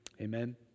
Amen